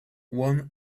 one